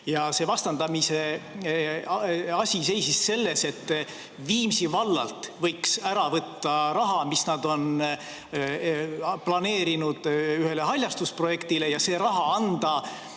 Ja see vastandamise asi seisnes selles, et Viimsi vallalt võiks ära võtta raha, mis nad on planeerinud ühele haljastusprojektile, ja anda